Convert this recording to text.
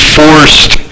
forced